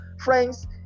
Friends